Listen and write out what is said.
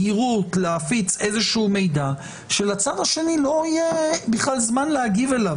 במהירות להפיץ איזה מידע שלצד השני לא יהיה זמן להגיב עליו.